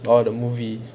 oh the movie